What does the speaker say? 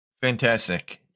Fantastic